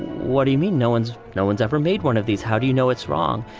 what do you mean? no one's no one's ever made one of these. how do you know it's wrong?